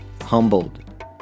humbled